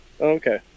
Okay